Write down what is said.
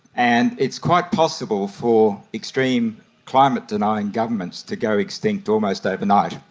and it's quite possible for extreme climate denying governments to go extinct almost overnight.